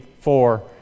four